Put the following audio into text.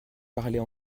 parler